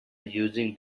using